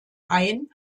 ein